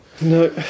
no